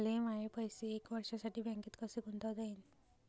मले माये पैसे एक वर्षासाठी बँकेत कसे गुंतवता येईन?